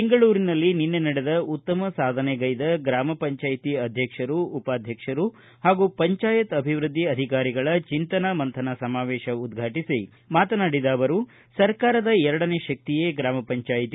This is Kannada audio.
ಬೆಂಗಳೂರಿನಲ್ಲಿ ನಿನ್ನೆ ನಡೆದ ಉತ್ತಮ ಸಾಧನೆಗೈದ ಗ್ರಾಮ ಪಂಚಾಯಿತಿ ಅಧ್ಯಕ್ಷರು ಉಪಾಧ್ಯಕ್ಷರು ಹಾಗೂ ಪಂಚಾಯತ್ ಅಭಿವೃದ್ಧಿ ಅಧಿಕಾರಿಗಳ ಚಿಂತನ ಮಂಥನ ಸಮಾವೇಶ ಉದ್ಘಾಟಿಸಿ ಮಾತನಾಡಿದ ಅವರು ಸರ್ಕಾರದ ಎರಡನೇ ಶಕ್ತಿಯೇ ಗ್ರಾಮಪಂಚಾಯ್ತಿ